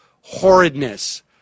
horridness